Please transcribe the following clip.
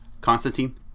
Constantine